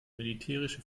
militärische